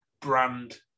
brand